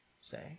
say